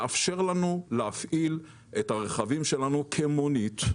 לאפשר לנו להפעיל את הרכבים שלנו כמונית.